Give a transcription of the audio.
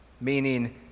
meaning